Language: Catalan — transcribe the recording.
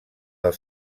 del